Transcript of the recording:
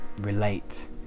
relate